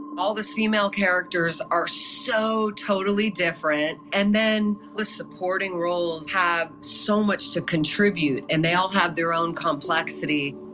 all of the female characters are so totally different, and then the supporting roles have so much to contribute, and they all have their own complexity.